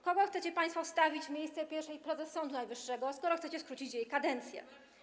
Kogo chcecie państwo wstawić na miejsce pierwszej prezes Sądu Najwyższego, skoro chcecie skrócić jej kadencję?